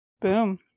Boom